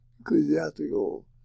ecclesiastical